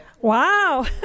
Wow